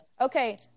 Okay